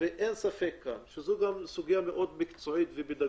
ואין ספק שזו סוגיה מאוד מקצועית ופדגוגית.